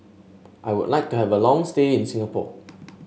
I would like to have a long stay in Singapore